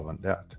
debt